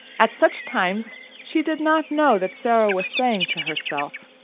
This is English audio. at such times she did not know that sara was saying to herself